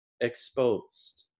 exposed